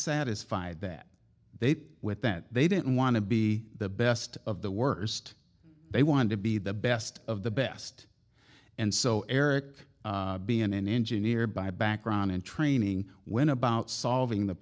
satisfied that they with that they didn't want to be the best of the worst they wanted to be the best of the best and so eric be an engineer by background and training went about solving the